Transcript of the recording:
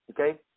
Okay